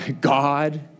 God